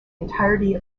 entirety